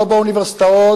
לא באוניברסיטאות,